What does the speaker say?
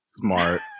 Smart